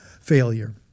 failure